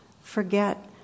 forget